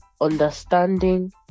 understanding